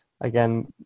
again